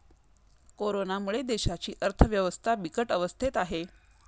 कोरोनामुळे देशाची अर्थव्यवस्था बिकट अवस्थेत आहे